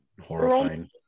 horrifying